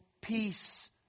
peace